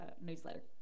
newsletter